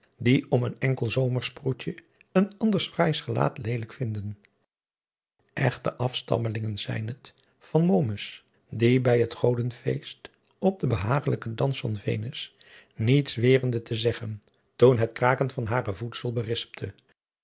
die om een enkel zomersproetje een anders fraai gelaat leelijk vinden echte afstammelingen zijn het van momus die bij het godenfeest op den behagelijken dans van venus niets werende te zeggen toen het kraken van hare voetzool berispte